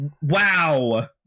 wow